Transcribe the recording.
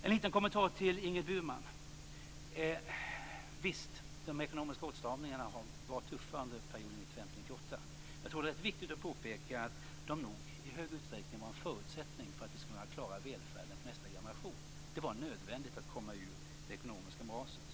En liten kommentar till Ingrid Burman: Visst, de ekonomiska åtstramningarna har varit tuffa under perioden 1995-1998. Men det är viktigt att påpeka att de nog i stor utsträckning var en förutsättning för att vi skall kunna klara välfärden för nästa generation. Det var nödvändigt att komma ur det ekonomiska moraset.